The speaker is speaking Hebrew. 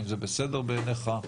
האם זה בסדר בעיניך?